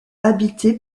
habité